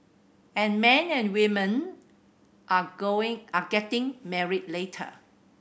and men and women are going are getting married later